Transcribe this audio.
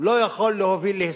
לא יכול להוביל להסכם.